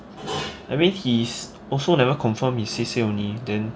I mean he's also never confirmed he say say only